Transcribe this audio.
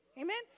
amen